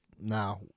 Now